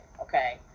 okay